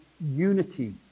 unity